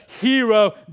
hero